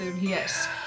yes